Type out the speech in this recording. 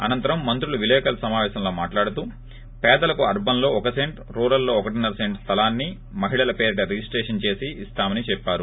అనంతరం మంత్రులు విలేకరుల సమాపేశంలో మాట్హడుతూ పేదీలకు అర్పస్ లో ఒక సెంట్ రూరల్ లో ఒకటిన్సర సెంట్ స్తలాన్ని మహిళల పేరిట రిజిస్టేషన్ చేసి ఇస్తామని తెలిపారు